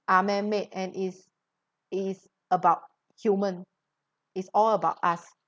are man made and is is about human it's all about us